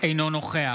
אינו נוכח